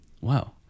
Wow